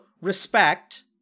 respect